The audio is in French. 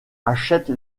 achète